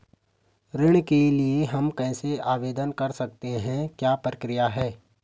ऋण के लिए हम कैसे आवेदन कर सकते हैं क्या प्रक्रिया है?